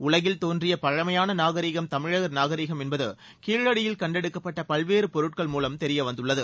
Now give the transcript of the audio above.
உலகில் தோன்றிய பழமையான நாகரீகம் தமிழர் நாகரீகம் என்பது கீழடியில் கண்டெடுக்கப்பட்ட பல்வேறு பொருட்கள் மூலம் தெரிய வந்துள்ளது